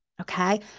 Okay